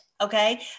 Okay